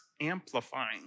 amplifying